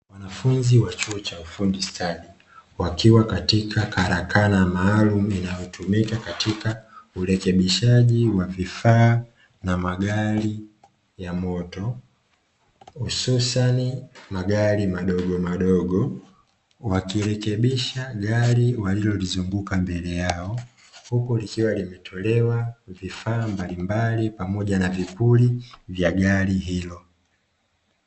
Wanafunzi wa chuo cha ufundi stadi, wakiwa katika karakana maalumu inayotumika katika urekebishaji wa vifaa na magari ya moto, hususani magari madogomadogo, wakirekebisha gari walilolizunguka mbele yao, huku likiwa limetolewa vifaa mbalimbali pamoja na vipuli vya gari hilo.